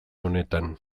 honetan